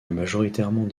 majoritairement